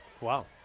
Wow